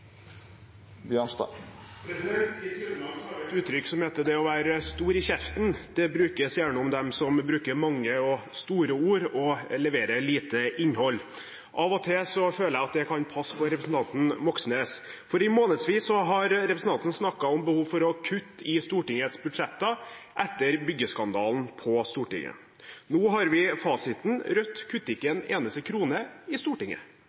I Trøndelag har vi et uttrykk som heter «å være stor i kjeften». Det brukes gjerne om dem som bruker mange og store ord, men leverer lite innhold. Av og til føler jeg at det kan passe på representanten Moxnes. I månedsvis har han snakket om behovet for å kutte i Stortingets budsjetter etter byggeskandalen på Stortinget. Nå har vi fasiten: Rødt kutter ikke en eneste krone i Stortinget.